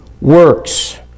works